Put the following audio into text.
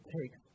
takes